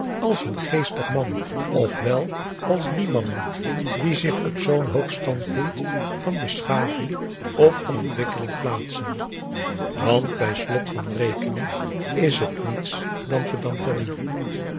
als een geestig man of wel als die mannen die zich op zoo'n hoog standpunt van beschaving of ontwikkeling plaatsen want bij slot van rekening is het niets dan pedanterie